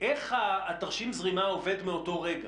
איך תרשים הזרימה עובד מאותו הרגע?